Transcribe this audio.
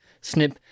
snip